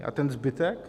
A ten zbytek?